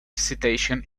citation